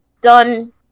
done